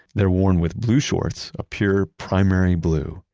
they're worn with blue shorts, a pure primary blue.